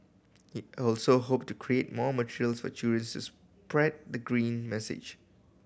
he also hope to create more materials for children's to spread the green message